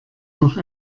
noch